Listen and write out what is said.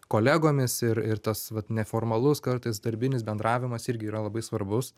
kolegomis ir ir tas vat neformalus kartais darbinis bendravimas irgi yra labai svarbus